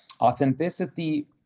Authenticity